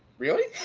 really?